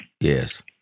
Yes